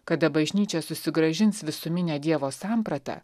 kada bažnyčia susigrąžins visuminę dievo sampratą